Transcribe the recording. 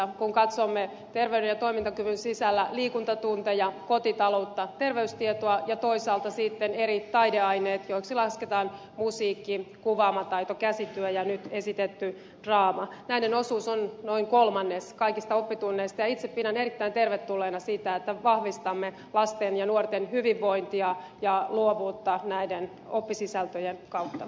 kun katsomme terveyden ja toimintakyvyn sisällä liikuntatunteja kotitaloutta terveystietoa ja toisaalta sitten eri taideaineita joiksi lasketaan musiikki kuvaamataito käsityö ja nyt esitetty draama näiden osuus on noin kolmannes kaikista oppitunneista ja itse pidän erittäin tervetulleena sitä että vahvistamme lasten ja nuorten hyvinvointia ja luovuutta näiden oppisisältöjen kautta